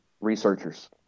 researchers